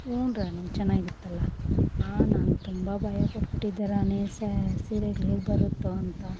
ಹ್ಞೂ ರಾಣಿ ಚೆನ್ನಾಗಿತ್ತಲ್ಲ ಹಾಂ ನಾನು ತುಂಬ ಭಯಪಟ್ಬಿಟ್ಟಿದ್ದೆ ರಾಣಿ ಸೀರೆಗಳು ಹೇಗೆ ಬರುತ್ತೋ ಅಂತ